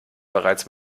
bereits